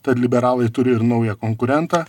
tad liberalai turi ir naują konkurentą